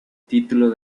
título